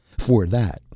for that,